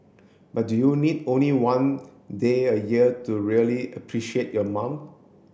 but do you need only one day a year to really appreciate your mom